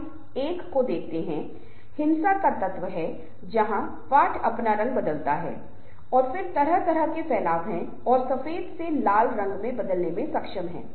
उस विशेष क्षेत्र में किस प्रकार के हित हैं क्योंकि यदि लोग रुचि नहीं रखते हैं तो उनके समान हित नहीं होते हैं और यदि उन्हें समूह में जबरदस्ती रखा जाता है तो शायद यह मदद करने वाला नहीं है